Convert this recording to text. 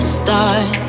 start